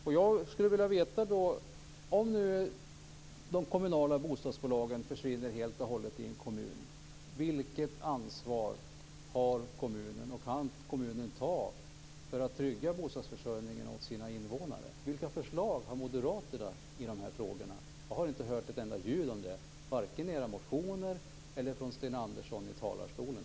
Om nu de kommunala bostadsföretagen försvinner helt och hållet i en kommun, vilket ansvar har kommunen och kan kommunen ta för att trygga bostadsförsörjningen åt sina invånare? Vilka förslag har moderaterna i dessa frågor? Jag har inte hört ett enda ljud om det vare sig i era motioner eller från Sten